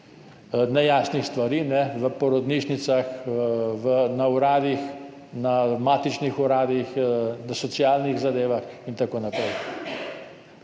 nejasnih stvari v porodnišnicah, na uradih, na matičnih uradih, pri socialnih zadevah in tako naprej.